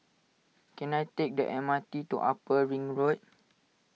can I take the M R T to Upper Ring Road